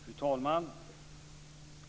Fru talman!